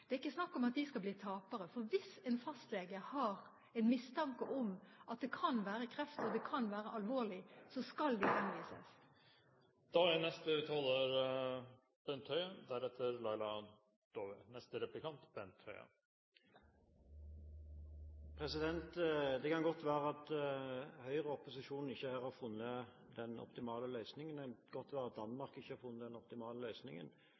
Det er ikke snakk om at de skal bli tapere, for hvis en fastlege har en mistanke om at det kan være kreft, og det kan være alvorlig, skal de henvises. Det kan godt være at Høyre og opposisjonen ikke her har funnet den optimale løsningen, og det kan godt være at Danmark ikke har funnet den optimale løsningen.